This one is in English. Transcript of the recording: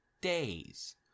days